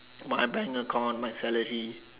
my bank account my salary